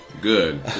Good